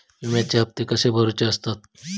विम्याचे हप्ते कसे भरुचे असतत?